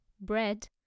bread